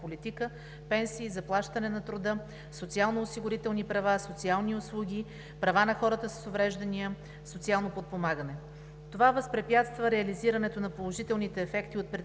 политика – пенсии, заплащане на труда, социално-осигурителни права, социални услуги, права на хора с увреждания, социално подпомагане. Това възпрепятства реализирането на положителните ефекти от предприеманите